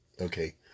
Okay